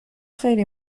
خیلی